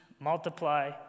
multiply